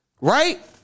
right